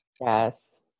Yes